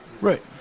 Right